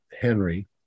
Henry